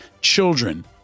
Children